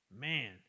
Man